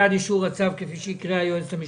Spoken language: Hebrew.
אישור הצו, כפי שהקריאה אותו היועצת המשפטית?